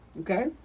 Okay